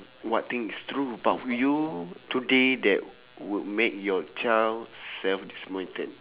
what thing is true about you today that would make your child self disappointed